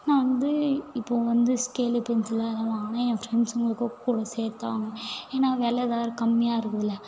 நான் வந்து இப்போது வந்து ஸ்கேலு பென்சில் எல்லாம் வாங்கினா என் ஃப்ரெண்ட்ஸுங்களுக்கும் கூட சேர்த்துதான் வாங்குவேன் ஏன்னா வெலை தான் கம்மியாக இருக்குதுல